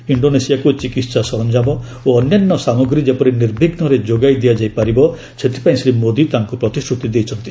ଇଣ୍ଡୋନେସିଆକୁ ଚିକିତ୍ସା ସରଞ୍ଜାମ ଓ ଅନ୍ୟାନ୍ୟ ସାମଗ୍ରୀ ଯେପରି ନିର୍ବିଘୁରେ ଯୋଗାଇ ଦିଆଯାଇପାରିବ ସେଥିପାଇଁ ଶ୍ରୀ ମୋଦୀ ତାଙ୍କୁ ପ୍ରତିଶ୍ରତି ଦେଇଛନ୍ତି